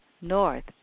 North